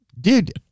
Dude